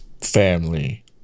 family